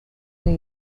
new